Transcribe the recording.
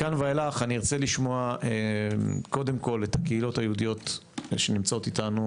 מכאן ואילך אני ארצה לשמוע את הקהילות היהודיות שנמצאות איתנו,